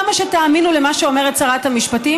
למה שתאמינו למה שאומרת שרת המשפטים